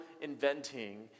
inventing